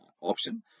option